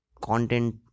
content